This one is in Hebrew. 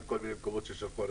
בזמן הקורונה אבל גם לפניה,